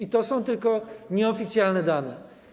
A to są tylko nieoficjalne dane.